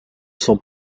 sont